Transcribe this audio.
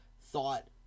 thought